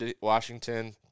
Washington